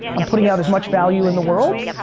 i'm putting out as much value in the world.